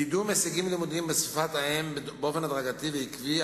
קידום הישגים לימודיים בשפת האם באופן הדרגתי ועקבי,